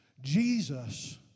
Jesus